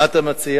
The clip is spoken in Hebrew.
מה אתה מציע?